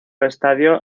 estadio